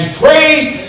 praised